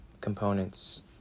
components